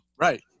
Right